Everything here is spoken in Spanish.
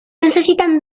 necesitan